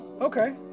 okay